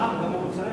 מע"מ